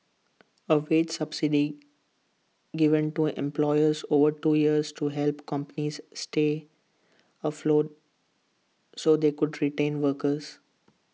A wage subsidy given to employers over two years to help companies stay afloat so they could tain workers